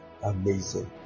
amazing